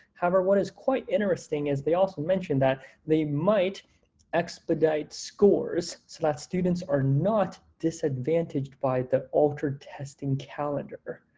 however, what is quite interesting is they also mentioned that they might expedite scores so that students are not disadvantaged by the altered testing calendar.